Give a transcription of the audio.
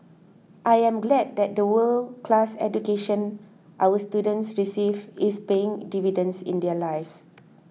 I am glad that the world class education our students receive is paying dividends in their lives